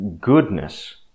goodness